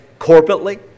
corporately